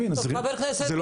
אני מאמין לחבר הכנסת.